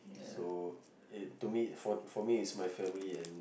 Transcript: so it to me for me it's my family and